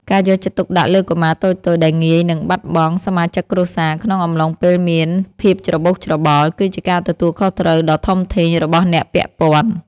ការយកចិត្តទុកដាក់លើកុមារតូចៗដែលងាយនឹងបាត់បង់សមាជិកគ្រួសារក្នុងអំឡុងពេលមានភាពច្របូកច្របល់ គឺជាការទទួលខុសត្រូវដ៏ធំធេងរបស់អ្នកពាក់ព័ន្ធ។